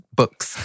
books